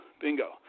Bingo